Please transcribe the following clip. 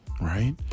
Right